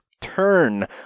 turn